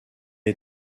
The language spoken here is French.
est